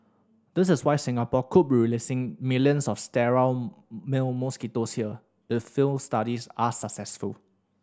that is why Singapore could be releasing millions of sterile male mosquitoes here if field studies are successful